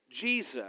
Jesus